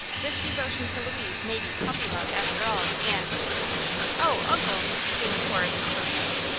this devotion to louise may be puppy-love, after all, and oh, uncle! came a chorus of protest.